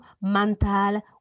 mental